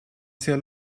sehr